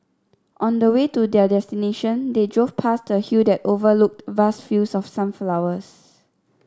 on the way to their destination they drove past a hill that overlooked vast fields of sunflowers